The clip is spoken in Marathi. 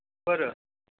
बरं